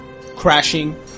Crashing